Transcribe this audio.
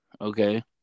Okay